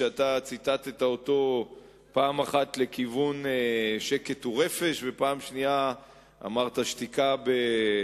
שציטטת אותו פעם אחת לכיוון שקט ורפש ופעם שנייה אמרת שתיקה בתרי,